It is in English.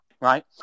Right